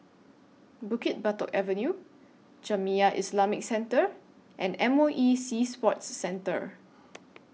Bukit Batok Avenue Jamiyah Islamic Centre and M O E Sea Sports Centre